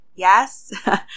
Yes